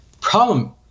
problem